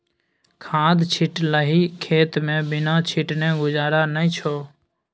खाद छिटलही खेतमे बिना छीटने गुजारा नै छौ